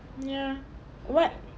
ya what